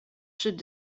should